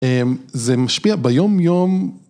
זה משפיע ביום יום.